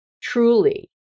truly